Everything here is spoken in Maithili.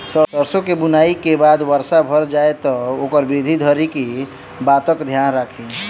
सैरसो केँ बुआई केँ बाद वर्षा भऽ जाय तऽ ओकर वृद्धि धरि की बातक ध्यान राखि?